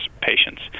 patients